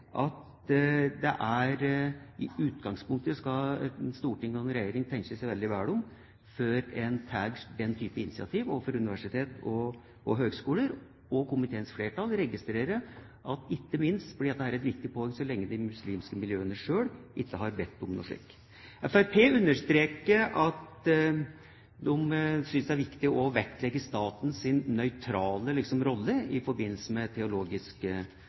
i utgangspunktet skal et storting og en regjering tenke seg veldig godt om før en tar denne type initiativ overfor universitet og høgskoler. Og komiteens flertall registrerer at dette ikke minst er et viktig poeng så lenge de muslimske miljøene selv ikke har bedt om noe slikt. Fremskrittspartiet understreker at de synes det er viktig å vektlegge statens nøytrale rolle i forbindelse med